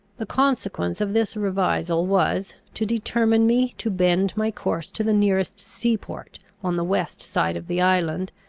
the consequence of this revisal was, to determine me to bend my course to the nearest sea-port on the west side of the island,